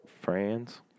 friends